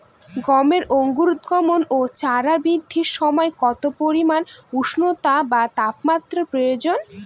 গমের অঙ্কুরোদগম ও চারা বৃদ্ধির সময় কত পরিমান উষ্ণতা বা তাপমাত্রা প্রয়োজন?